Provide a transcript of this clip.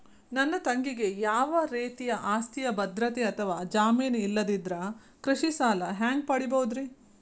ನನ್ನ ತಂಗಿಗೆ ಯಾವ ರೇತಿಯ ಆಸ್ತಿಯ ಭದ್ರತೆ ಅಥವಾ ಜಾಮೇನ್ ಇಲ್ಲದಿದ್ದರ ಕೃಷಿ ಸಾಲಾ ಹ್ಯಾಂಗ್ ಪಡಿಬಹುದ್ರಿ?